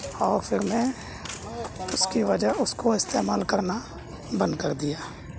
اور پھر میں اس کی وجہ اس کو استعمال کرنا بند کر دیا